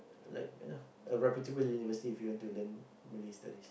like you know a reputable university if you want to learn Malay studies